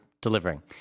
delivering